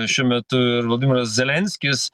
šiuo metu ir vladimiras zelenskis